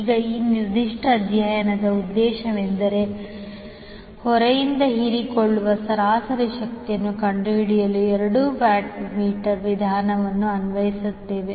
ಈಗ ಈ ನಿರ್ದಿಷ್ಟ ಅಧ್ಯಯನದ ಉದ್ದೇಶವೆಂದರೆ ಹೊರೆಯಿಂದ ಹೀರಿಕೊಳ್ಳುವ ಸರಾಸರಿ ಶಕ್ತಿಯನ್ನು ಕಂಡುಹಿಡಿಯಲು ಎರಡು ವ್ಯಾಟ್ ಮೀಟರ್ ವಿಧಾನವನ್ನು ಅನ್ವಯಿಸುತ್ತದೆ